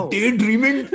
Daydreaming